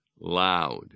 loud